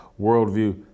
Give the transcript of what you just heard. worldview